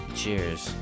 Cheers